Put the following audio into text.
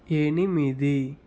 ఎనిమిది